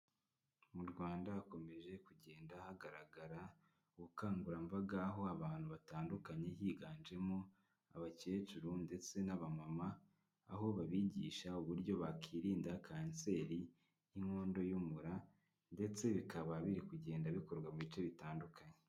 Mu Rwanda hakomeje kugenda hagaragara ubukangurambaga, aho abantu batandukanye higanjemo abakecuru ndetse n'abamama, aho babigisha uburyo bakirinda kanseri y'inkondo y'umura ndetse bikaba biri kugenda bikorwa mu bice bitandukanye.